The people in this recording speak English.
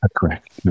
Correct